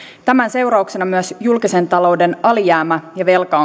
tämän seurauksena myös julkisen talouden alijäämä ja velka